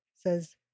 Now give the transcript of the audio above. says